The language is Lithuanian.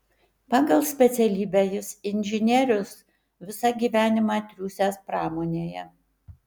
pagal specialybę jis inžinierius visą gyvenimą triūsęs pramonėje